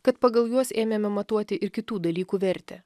kad pagal juos ėmėme matuoti ir kitų dalykų vertę